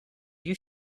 you